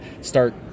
start